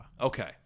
Okay